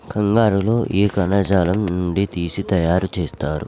కంగారు లో ఏ కణజాలం నుండి తీసి తయారు చేస్తారు?